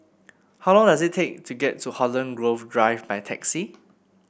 how long does it take to get to Holland Grove Drive by taxi